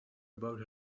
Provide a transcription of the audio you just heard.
about